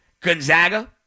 Gonzaga